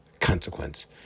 consequence